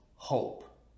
Hope